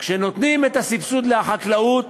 כשנותנים את הסבסוד לחקלאות